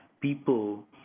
people